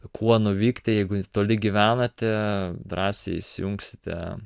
kuo nuvykti jeigu toli gyvenate drąsiai įsijungsite